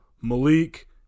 Malik